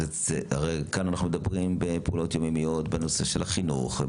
הרי אנחנו מדברים כאן בפעולות יומיומיות בנושא של החינוך,